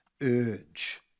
urge